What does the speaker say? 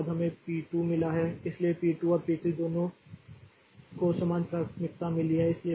उसके बाद हमें पी 2 मिला है इसलिए पी 2 और पी 3 दोनों को समान प्राथमिकता मिली है